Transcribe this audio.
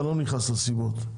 אני לא נכנס לסיבות.